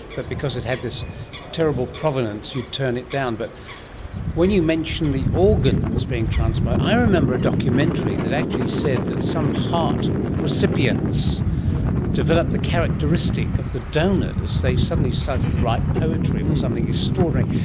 but because it had this terrible provenance you'd turn it down. but when you mentioned the organs being transplanted, i remember a documentary that actually said that some heart recipients developed the characteristic of the donors. they suddenly started to write poetry or something extraordinary.